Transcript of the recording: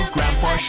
Grandpa